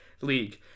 league